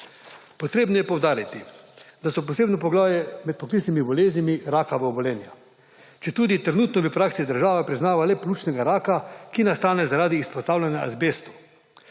Potrebno je poudariti, da so posebno poglavje med poklicnimi boleznimi rakava obolenja, četudi trenutno v praksi država priznava le pljučnega raka, ki nastane zaradi izpostavljanja azbestu.